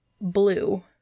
blue